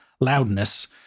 loudness